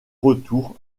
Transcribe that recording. retour